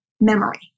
memory